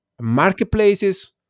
marketplaces